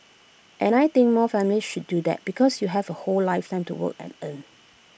and I think more families should do that because you have A whole lifetime to work and earn